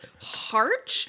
Harch